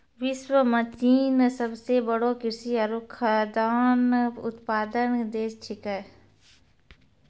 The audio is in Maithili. विश्व म चीन सबसें बड़ो कृषि आरु खाद्यान्न उत्पादक देश छिकै